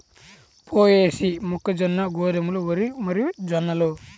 పొయేసీ, మొక్కజొన్న, గోధుమలు, వరి మరియుజొన్నలు